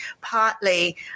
partly